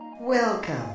Welcome